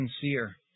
sincere